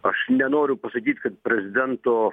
aš nenoriu pasakyt kad prezidento